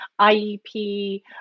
IEP